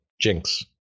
jinx